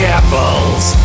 apples